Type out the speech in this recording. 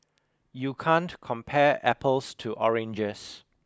you can't compare apples to oranges